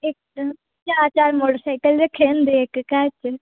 ਇੱਕ ਚਾਰ ਚਾਰ ਮੋਟਰਸਾਈਕਲ ਰੱਖੇ ਹੁੰਦੇ ਇੱਕ ਘਰ 'ਚ